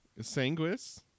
Sanguis